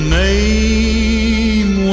name